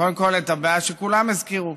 קודם כול, את הבעיה שכולם הזכירו.